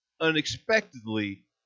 unexpectedly